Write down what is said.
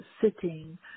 sitting